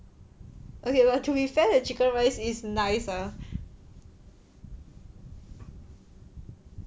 okay but to be fair the chicken rice is nice ah